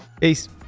peace